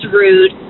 rude